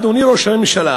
אדוני ראש הממשלה,